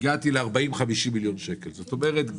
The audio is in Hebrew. הגעתי ל-40 50 מיליון שקל, זאת אומרת,